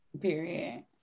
Period